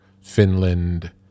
Finland